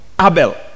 Abel